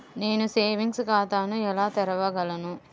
నేను సేవింగ్స్ ఖాతాను ఎలా తెరవగలను?